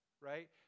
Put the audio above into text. right